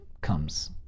comes